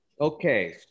Okay